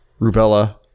rubella